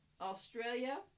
Australia